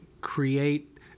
create